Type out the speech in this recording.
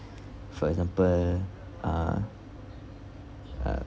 for example uh uh